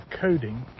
coding